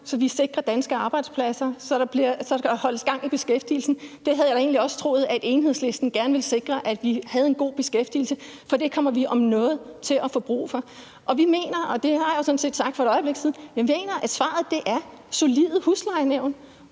så vi sikrer danske arbejdspladser, og så der holdes gang i beskæftigelsen. Det havde jeg egentlig også troet at Enhedslisten gerne ville sikre, altså at vi har en god beskæftigelse, for det kommer vi om noget til at få brug for. Vi mener, og det har jeg sådan set sagt for et øjeblik siden, at svaret er solide huslejenævn,